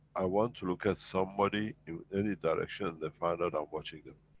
i want to look at somebody in any direction, and they found out i'm watching them.